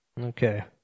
Okay